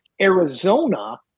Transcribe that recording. Arizona